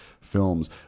films